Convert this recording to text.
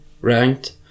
ranked